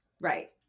right